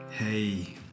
Hey